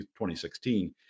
2016